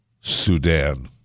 Sudan